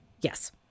Yes